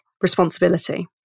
responsibility